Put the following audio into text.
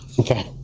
okay